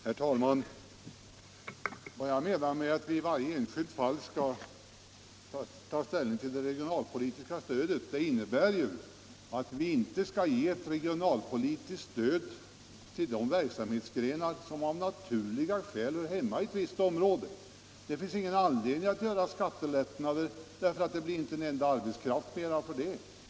Herr talman! Vad jag menar när jag säger att vi i varje särskilt fall skall ta ställning till det regionalpolitiska stödet är att vi inte skall ge ett regionalpolitiskt stöd till verksamhetsgrenar som av naturliga skäl hör hemma i ett visst område. En skattelättnad i sådana fall ger inte ett enda nytt arbetstillfälle.